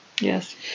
Yes